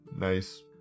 Nice